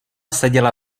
seděla